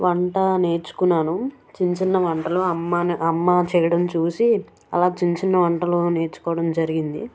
వంట నేర్చుకున్నాను చిన్న చిన్న వంటలు అమ్మన అమ్మ చేయడం చూసి అలా చిన్న చిన్న వంటలు నేర్చుకోవడం జరిగింది